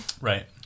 right